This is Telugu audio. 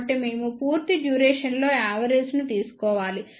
కాబట్టి మేము పూర్తి డ్యూరేషన్ లో యావరేజ్ ను తీసుకోవాలి